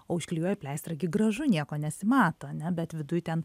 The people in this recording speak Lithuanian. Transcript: o užklijuoji pleistrą gi gražu nieko nesimato ane bet viduj ten